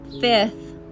fifth